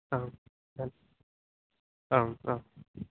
आं धन् आम् आम्